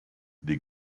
des